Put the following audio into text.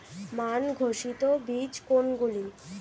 মান ঘোষিত বীজ কোনগুলি?